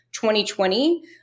2020